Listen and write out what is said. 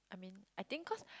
I mean I think cause